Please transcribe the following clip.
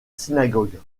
synagogue